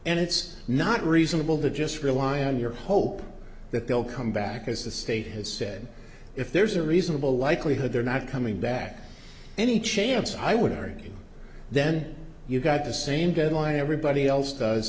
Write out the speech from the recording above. and it's not reasonable to just rely on your hope that they'll come back as the state has said if there's a reasonable likelihood they're not coming back any chance i would argue then you've got the same deadline everybody else does